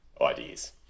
ideas